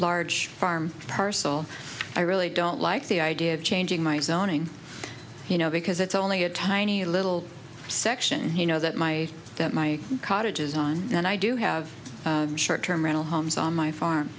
large farm parcel i really don't like the idea of changing minds owning you know because it's only a tiny little section you know that my my cottage is on and i do have short term rental homes on my farm